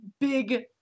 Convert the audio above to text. big